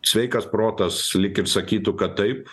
sveikas protas lyg ir sakytų kad taip